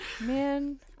Man